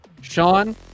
Sean